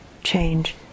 change